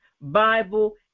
Bible